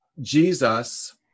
Jesus